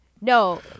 No